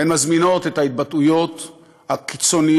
הן מזמינות את ההתבטאויות הקיצוניות,